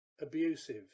abusive